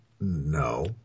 No